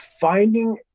finding